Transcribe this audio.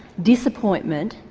disappointment,